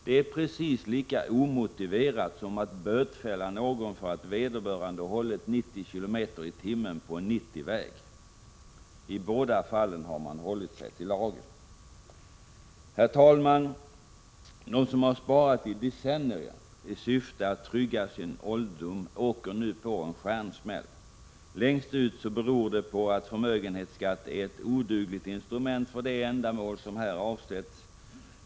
Det är precis lika omotiverat som att bötfälla någon för att vederbörande hållit 90 km i timmen på en 90-väg. I båda fallen har man hållit sig till lagen. Herr talman! De som har sparat i decennier i syfte att trygga sin ålderdom åker nu på en stjärnsmäll. Ytterst beror det på att förmögenhetsskatt är ett odugligt instrument för det ändamål som här avsetts.